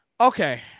Okay